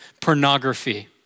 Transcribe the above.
pornography